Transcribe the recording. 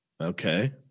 Okay